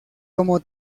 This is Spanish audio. como